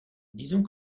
disons